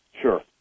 Sure